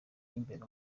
y’imbere